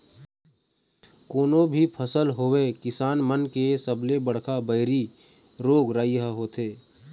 कोनो भी फसल होवय किसान मन के सबले बड़का बइरी रोग राई ह होथे